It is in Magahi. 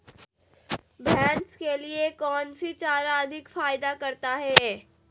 भैंस के लिए कौन सी चारा अधिक फायदा करता है?